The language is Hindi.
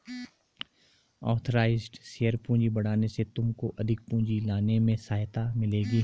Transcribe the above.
ऑथराइज़्ड शेयर पूंजी बढ़ाने से तुमको अधिक पूंजी लाने में सहायता मिलेगी